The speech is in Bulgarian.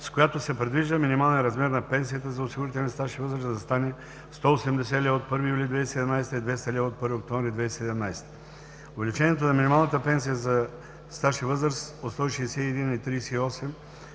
с която се предвижда минималният размер на пенсията за осигурителен стаж и възраст да стане 180 лв. от 1 юли 2017 г. и 200 лв. от 1 октомври 2017 г. Увеличението на минималната пенсия за осигурителен стаж и възраст от 161,38 лв.